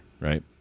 right